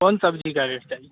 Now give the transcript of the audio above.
कौन सब्जी का रेट चाहिए